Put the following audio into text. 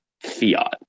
fiat